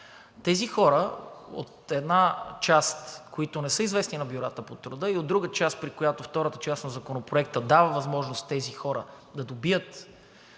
Тези хора, една част, от които не са известни на бюрата по труда, и друга част, на които втората част на Законопроекта им дава възможност да добият